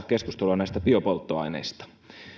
keskustelua biopolttoaineista